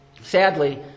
Sadly